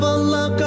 Allah